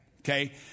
okay